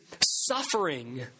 suffering